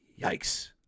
Yikes